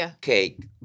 cake